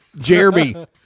Jeremy